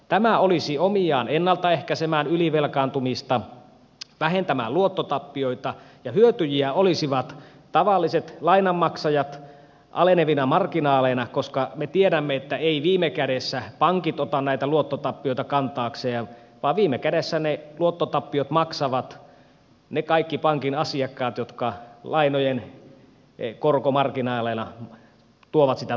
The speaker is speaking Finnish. tämä olisi omiaan ennalta ehkäisemään ylivelkaantumista vähentämään luottotappioita ja hyötyjiä olisivat tavalliset lainanmaksajat alenevina marginaaleina koska me tiedämme että eivät viime kädessä pankit ota näitä luottotappioita kantaakseen vaan viime kädessä ne luottotappiot maksavat ne kaikki pankin asiakkaat jotka lainojen korkomarginaaleina tuovat sitä tuottoa pankeille